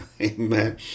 amen